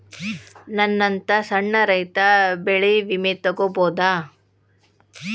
ನನ್ನಂತಾ ಸಣ್ಣ ರೈತ ಬೆಳಿ ವಿಮೆ ತೊಗೊಬೋದ?